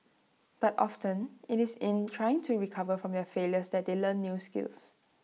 but often IT is in trying to recover from their failures that they learn new skills